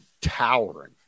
towering